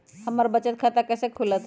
हमर बचत खाता कैसे खुलत?